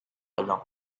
along